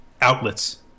outlets